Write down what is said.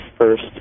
first